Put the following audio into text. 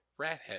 Rathead